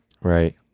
Right